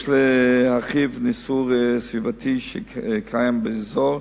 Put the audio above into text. יש להרחיב ניסוי סביבתי שקיים באזור.